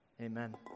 Amen